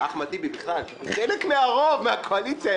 אחמד טיבי, בכלל, אתה חלק מהרוב, מהקואליציה.